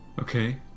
Okay